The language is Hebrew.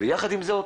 ויחד עם זאת,